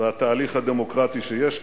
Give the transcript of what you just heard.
בתהליך הדמוקרטי שיש כאן.